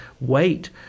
wait